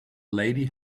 lady